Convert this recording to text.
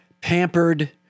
pampered